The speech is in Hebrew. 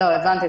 הבנתי.